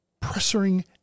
pressuring